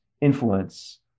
influence